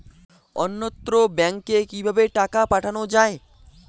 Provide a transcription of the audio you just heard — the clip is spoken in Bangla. অন্যত্র ব্যংকে কিভাবে টাকা পাঠানো য়ায়?